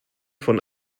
von